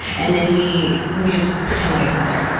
and then we we just pretend like it's not there.